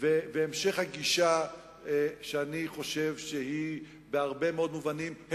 בישראל והמשך הגישה שאני חושב שבהרבה מאוד מובנים היא